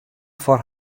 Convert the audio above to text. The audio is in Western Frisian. foar